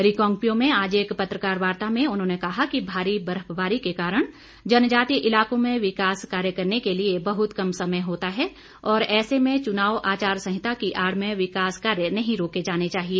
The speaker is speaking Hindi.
रिकांगपिओ में आज एक पत्रकार वार्ता में उन्होंने कहा कि भारी बर्फबारी के कारण जनजातीय इलाकों में विकास कार्य करने के लिए बहुत कम समय होता है और ऐसे में चुनाव आचार संहिता की आड़ में विकास कार्य नहीं रोके जाने चाहिए